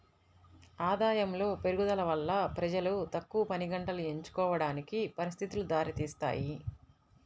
ఆదాయములో పెరుగుదల వల్ల ప్రజలు తక్కువ పనిగంటలు ఎంచుకోవడానికి పరిస్థితులు దారితీస్తాయి